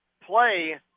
play